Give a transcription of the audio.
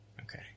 Okay